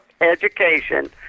education